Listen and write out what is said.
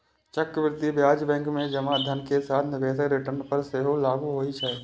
चक्रवृद्धि ब्याज बैंक मे जमा धन के साथ निवेशक रिटर्न पर सेहो लागू होइ छै